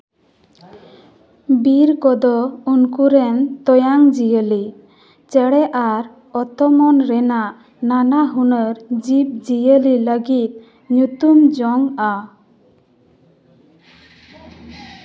ᱵᱤᱨ ᱠᱚᱫᱚ ᱩᱱᱠᱩ ᱨᱮᱱ ᱛᱟᱭᱟᱱ ᱡᱤᱭᱟᱹᱞᱤ ᱪᱮᱬᱮ ᱟᱨ ᱚᱛ ᱚᱢᱟᱱ ᱨᱮᱱᱟᱜ ᱱᱟᱱᱟᱦᱩᱱᱟᱹᱨ ᱡᱤᱵᱽ ᱡᱤᱭᱟᱹᱞᱤ ᱞᱟᱹᱜᱤᱫ ᱧᱩᱛᱩᱢ ᱡᱚᱝᱼᱟ